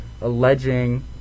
alleging